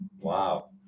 Wow